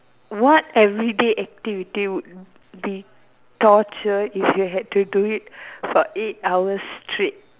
what everyday activity would be torture if you had to do for eight hours straight